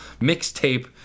mixtape